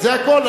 זה הכול.